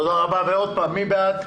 עוד פעם, מי בעד?